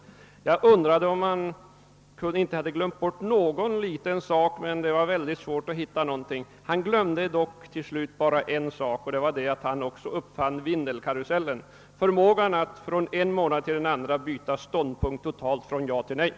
Jag undrade om han inte möjligen glömt bort någon liten sak, men det var mycket svårt att hitta någonting som inte centerpartiet gjort. Han glömde dock till slut en sak, nämligen att det var han som uppfann Vindelkarusellen, förmågan att från den ena månaden till den andra totalt byta ståndpunkt från nej till ja.